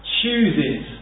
chooses